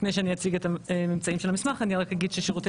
לפני שאני אציג את הממצאים של המסמך אני רק אגיד ששירותי